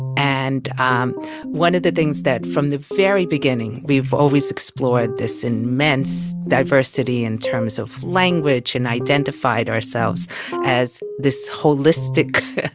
and um one of the things that, from the very beginning we've always explored this immense diversity in terms of language and identified ourselves as this holistic,